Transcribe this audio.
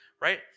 right